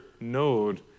node